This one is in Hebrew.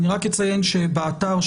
אדוני היושב-ראש,